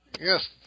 Yes